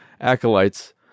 Acolytes